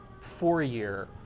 four-year